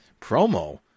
promo